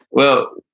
well,